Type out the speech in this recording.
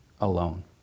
alone